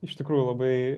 iš tikrųjų labai